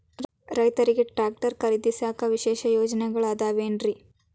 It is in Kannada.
ರೈತರಿಗೆ ಟ್ರ್ಯಾಕ್ಟರ್ ಖರೇದಿಸಾಕ ವಿಶೇಷ ಯೋಜನೆಗಳು ಅದಾವೇನ್ರಿ?